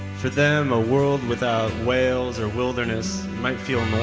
for them, a world without whales or wilderness might feel